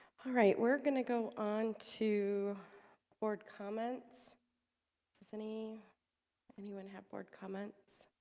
all right, we're gonna go on to board comments if any anyone have board comments